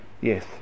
Yes